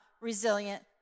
resilient